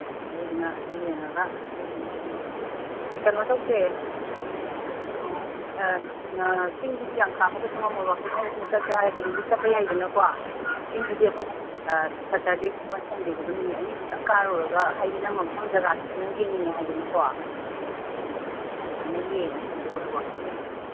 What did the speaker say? ꯑꯗꯨꯗꯨꯅ ꯌꯦꯡꯉꯒ ꯀꯔꯤꯗꯅꯣ ꯀꯩꯅꯣ ꯇꯧꯁꯦ ꯎꯝ ꯑ ꯆꯤꯡꯗꯨꯗꯤ ꯌꯥꯝ ꯀꯥꯕ ꯀꯩꯁꯨ ꯉꯝꯃꯣꯏ ꯋꯥꯀꯤꯡ ꯑꯣꯏꯅ ꯁꯨꯝ ꯆꯠꯁꯦ ꯍꯥꯏꯔꯒꯗꯤ ꯑꯗꯨꯝ ꯆꯠꯄ ꯌꯥꯏꯗꯅꯀꯣ ꯆꯤꯡꯗꯨꯗꯤ ꯑꯩꯈꯣꯏꯅ ꯁꯦꯇꯔꯒꯨꯝꯕ ꯁꯟꯗꯦꯒꯨꯝꯕ ꯅꯨꯃꯤꯠ ꯑꯅꯤꯗꯨꯗꯪ ꯀꯥꯔꯨꯔꯒ ꯍꯥꯏꯗꯤ ꯅꯪꯅ ꯃꯐꯝ ꯖꯒꯥꯗꯨꯁꯨ ꯅꯪ ꯌꯦꯡꯅꯤꯡꯉꯤ ꯍꯥꯏꯗꯅꯀꯣ ꯑꯗꯨꯃꯥꯏꯅ ꯌꯦꯡꯉꯁꯤ ꯑꯗꯨꯒ ꯋꯥꯀꯤꯡ ꯑꯣꯏꯅ